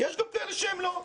יש גם כאלה שהם לא,